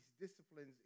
disciplines